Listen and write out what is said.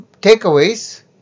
takeaways